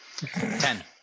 Ten